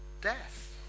death